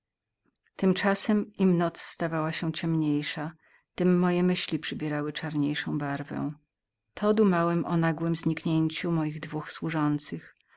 tymczasem im noc stawała się ciemniejszą tem moje myśli przybierały coraz czarniejszą barwę to dumałem o nagłem zniknięciu moich dwóch służących